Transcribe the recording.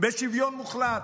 בשוויון מוחלט.